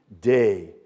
day